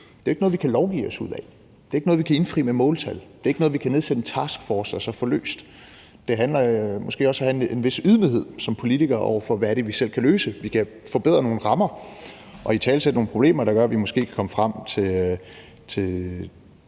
at det ikke er noget, vi kan lovgive os ud af. Det er ikke noget, vi kan indfri med måltal; det er ikke noget, vi kan nedsætte en taskforce og så få løst. Det handler måske også om at have en vis ydmyghed som politikere over for, hvad det er, vi selv kan løse. Vi kan forbedre nogle rammer og italesætte nogle problemer, der gør, at vi måske kan komme frem til